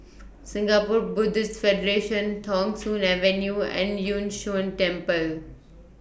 Singapore Buddhist Federation Thong Soon Avenue and Yun Shan Temple